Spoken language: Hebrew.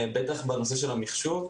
בטח בנושא של המחשוב.